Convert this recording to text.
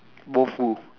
both full